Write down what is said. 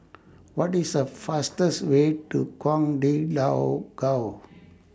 What IS The fastest Way to Ouagadougou